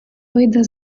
вийде